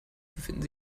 befinden